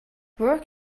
work